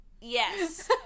Yes